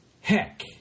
heck